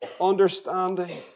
understanding